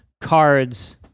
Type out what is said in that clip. cards